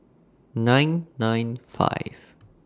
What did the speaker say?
nine nine five